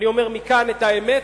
אני אומר מכאן את האמת,